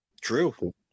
True